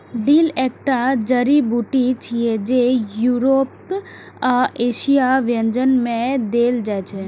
dill एकटा जड़ी बूटी छियै, जे यूरोपीय आ एशियाई व्यंजन मे देल जाइ छै